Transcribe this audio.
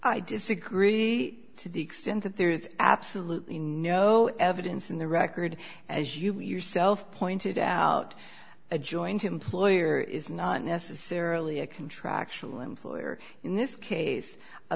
i disagree to the extent that there is absolutely no evidence in the record as you yourself pointed out a joint employer is not necessarily a contractual employer in this case